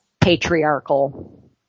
patriarchal